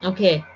Okay